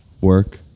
work